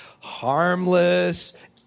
harmless